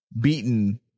beaten